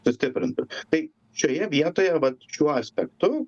sustiprintų tai šioje vietoje šiuo aspektu